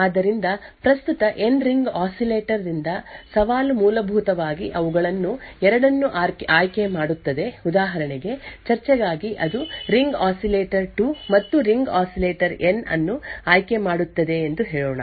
ಆದ್ದರಿಂದ ಪ್ರಸ್ತುತ N ring oscillator ದಿಂದ ಸವಾಲು ಮೂಲಭೂತವಾಗಿ ಅವುಗಳಲ್ಲಿ 2 ಅನ್ನು ಆಯ್ಕೆ ಮಾಡುತ್ತದೆ ಉದಾಹರಣೆಗೆ ಚರ್ಚೆಗಾಗಿ ಅದು ರಿಂಗ್ ಆಸಿಲೇಟರ್ 2 ಮತ್ತು ರಿಂಗ್ ಆಸಿಲೇಟರ್ ಅನ್ನು ಆಯ್ಕೆ ಮಾಡುತ್ತದೆ ಎಂದು ಹೇಳೋಣ